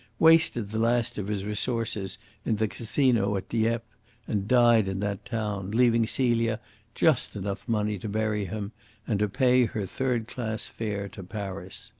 wasted the last of his resources in the casino at dieppe, and died in that town, leaving celia just enough money to bury him and to pay her third-class fare to paris.